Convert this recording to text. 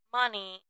money